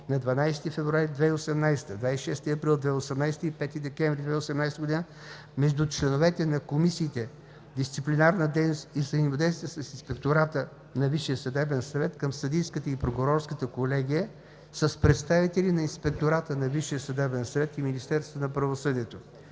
на 12 февруари 2018 г., на 26 април 2018 г. и на 5 декември 2018 г., между членовете на комисиите „Дисциплинарна дейност и взаимодействие с Инспектората към Висшия съдебен съвет“ към Съдийската и Прокурорската колегии с представители на Инспектората на Висшия съдебен съвет и Министерството на правосъдието.